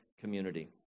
community